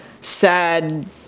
sad